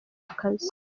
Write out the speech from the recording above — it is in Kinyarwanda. akazi